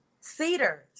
Cedar's